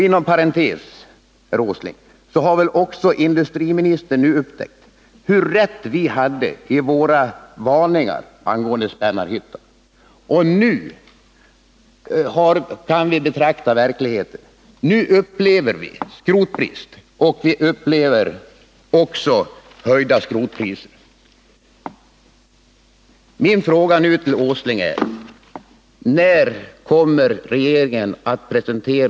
Inom parentes sagt har väl industriministern nu upptäckt hur rätt vi hade i våra varningar angående Spännarhyttan. Nu kan vi betrakta verkligheten. Nu upplever vi skrotbrist, och vi upplever också höjda skrotpriser.